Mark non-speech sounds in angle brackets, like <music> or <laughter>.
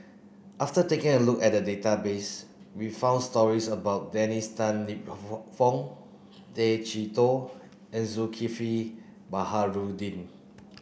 after taking a look at the database we found stories about Dennis Tan Lip <unintelligible> Fong Tay Chee Toh and Zulkifli Baharudin